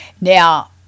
Now